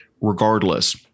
regardless